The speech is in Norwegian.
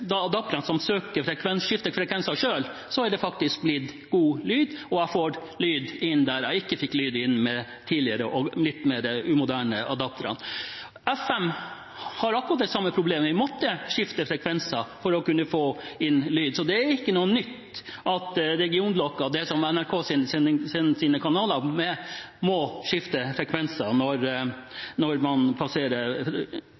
som skifter frekvenser selv, er det blitt god lyd. Jeg får inn lyd der jeg tidligere ikke fikk inn lyd med de litt mer umoderne adapterne. FM har det samme problemet. Vi måtte skifte frekvenser for å kunne få inn lyd, så det er ikke noe nytt at regionblokken, som NRK sender sine kanaler med, må skifte frekvenser når